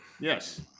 Yes